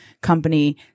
company